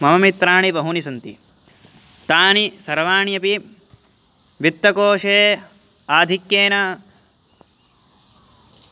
मम मित्राणि बहूनि सन्ति तानि सर्वाणि अपि वित्तकोशे आधिक्येन